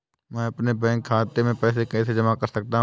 मैं अपने बैंक खाते में पैसे कैसे जमा कर सकता हूँ?